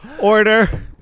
Order